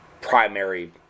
primary